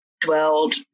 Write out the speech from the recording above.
dwelled